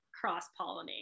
cross-pollinate